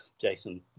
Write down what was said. Jason